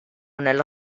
nella